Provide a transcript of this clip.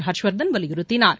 ஹர்ஷ்வர்தன் வலியுறுத்தினார்